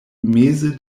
meze